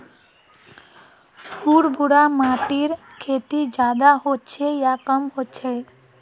भुर भुरा माटिर खेती ज्यादा होचे या कम होचए?